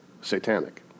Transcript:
satanic